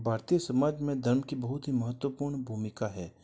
भारतीय समाज में धर्म की बहुत ही महत्वपूर्ण भूमिका है